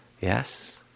Yes